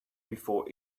before